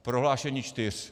Prohlášení čtyř.